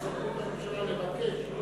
מושב רביעי, מס' מ/622, חוב' ב',